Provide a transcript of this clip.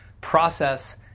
process